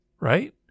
Right